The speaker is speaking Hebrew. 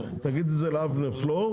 תגיד את זה לאבנר פלור.